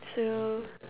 so